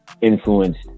influenced